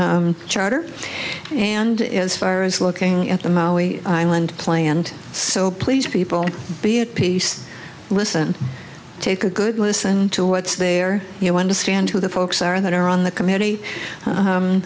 charter and as far as looking at the maui island play and so please people be at peace listen take a good listen to what's there you understand who the folks are that are on the committee